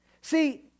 see